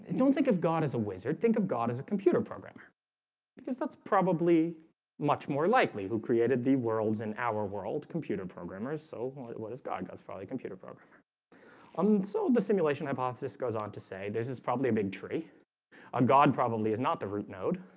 don't think of god as a wizard think of god as a computer programmer because that's probably much more likely who created the worlds in our world computer programmers. so what is god god's probably computer programmer i'm so the simulation hypothesis goes on to say there's this probably a big tree a god probably is not the root node